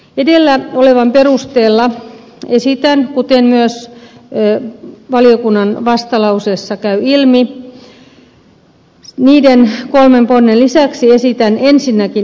edellä olevan perusteella esitän vastalauseessa olevaa ehdotusta täydentäen seuraavan ehdotuksen kannanotoksi